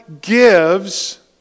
gives